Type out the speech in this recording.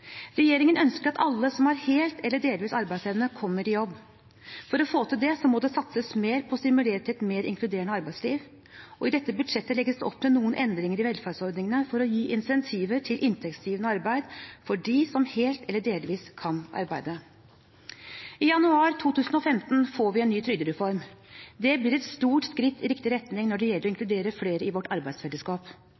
Regjeringen ønsker at alle som har hel eller delvis arbeidsevne, kommer i jobb. For å få til det må det satses mer på å stimulere til et mer inkluderende arbeidsliv, og i dette budsjettet legges det opp til noen endringer i velferdsordningene for å gi incentiver til inntektsgivende arbeid for dem som helt eller delvis kan arbeide. I januar 2015 får vi en ny trygdereform. Det blir et stort skritt i riktig retning når det gjelder å